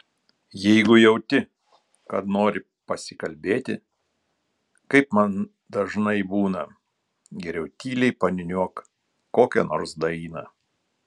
jeigu jauti kad nori pasikalbėti kaip man dažnai būna geriau tyliai paniūniuok kokią nors dainą